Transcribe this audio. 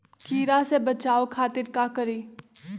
कीरा से बचाओ खातिर का करी?